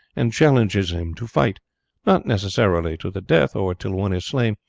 and challenges him to fight not necessarily to the death, or till one is slain,